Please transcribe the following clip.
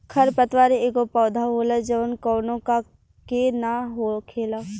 खर पतवार एगो पौधा होला जवन कौनो का के न हो खेला